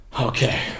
Okay